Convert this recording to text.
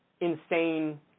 insane –